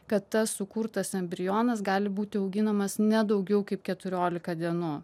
kad tas sukurtas embrionas gali būti auginamas ne daugiau kaip keturiolika dienų